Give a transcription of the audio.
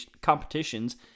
competitions